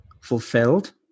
Fulfilled